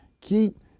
Keep